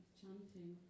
chanting